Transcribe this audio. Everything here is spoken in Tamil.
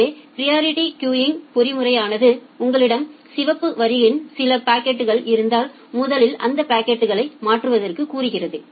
எனவே பிரியரிட்டி கியூவிங் பொறிமுறையானது உங்களிடம் சிவப்பு வரிசையில் சில பாக்கெட்டுகள் இருந்தால் முதலில் அந்த பாக்கெட்டுகளை மாற்றுவதற்கு கூறுகிறது